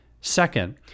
second